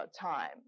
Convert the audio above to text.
time